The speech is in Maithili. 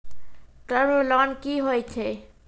टर्म लोन कि होय छै?